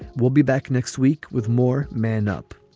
we'll be back next week with more men up